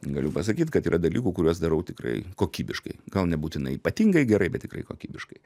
galiu pasakyt kad yra dalykų kuriuos darau tikrai kokybiškai gal nebūtinai ypatingai gerai bet tikrai kokybiškai